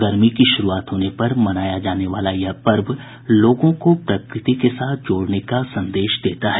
गर्मी की श्रूआत होने पर मनाया जाना वाला यह पर्व लोगों को प्रकृति के साथ जोड़ने का संदेश देता है